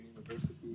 University